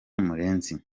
murenzi